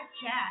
chat